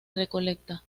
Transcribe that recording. recoleta